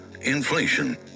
inflation